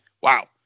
wow